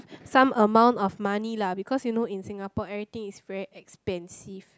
some amount of money lah because you know in Singapore everything is very expensive